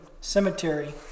cemetery